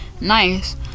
nice